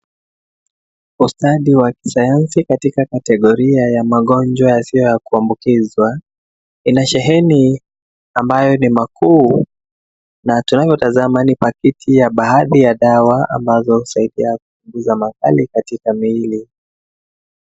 Ustadi ya sayansi katika kategoria ya magonjwa yasiyo ya kuambukizwa inasheheni ambayo ni makuu na tunayotazama ni paketi ya baadhi ya dawa ambazo husaidia kupunguza makali katika miili.